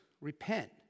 repent